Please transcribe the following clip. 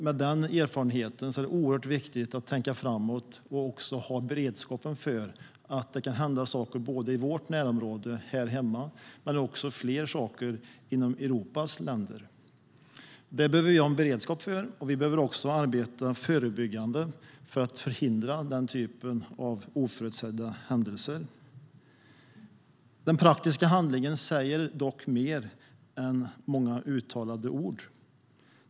Med denna erfarenhet är det oerhört viktigt att tänka framåt och att ha beredskap för att det kan hända saker både i vårt närområde, här hemma, och i Europas övriga länder. Det behöver vi alltså ha en beredskap för, och vi behöver arbeta förebyggande för att förhindra den typen av oförutsedda händelser. Den praktiska handlingen säger dock mer än många uttalade ord.